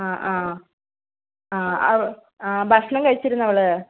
ആ ആ ആ ഭക്ഷണം കഴിച്ചിരുന്നോ അവൾ